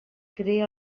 crea